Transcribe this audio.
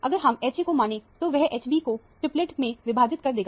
अगर हम Ha को माने तो वह Hb को ट्रिपलेट में विभाजित कर देगा